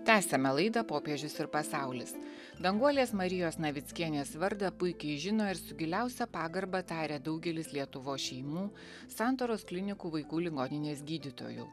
tęsiame laidą popiežius ir pasaulis danguolės marijos navickienės vardą puikiai žino ir su giliausia pagarba taria daugelis lietuvos šeimų santaros klinikų vaikų ligoninės gydytojų